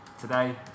Today